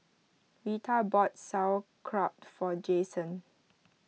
Rita bought Sauerkraut for Jayson